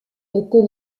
était